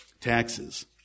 taxes